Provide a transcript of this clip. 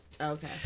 Okay